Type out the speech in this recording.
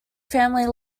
family